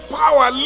power